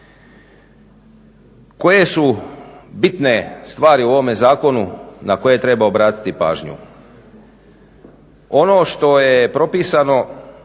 Koje su bitne stvari u ovome zakone na koje treba obratiti pažnju? Ono što je propisano,